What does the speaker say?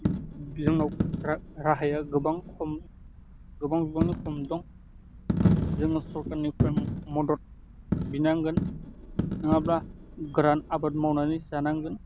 जोंनाव राहाया गोबां खम गोबां बिबांंनि खम दं जोङो सकारनिफ्राय मदद बिनांगोन नङाब्ला गोरान आबाद मावनानै जानांगोन